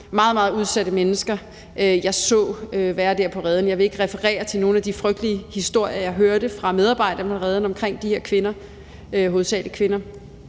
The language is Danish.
meget udsatte mennesker, jeg så være der på reden. Jeg vil ikke referere til nogle af de frygtelige historier, jeg hørte fra medarbejderne på Reden, om de her hovedsagelig kvinder,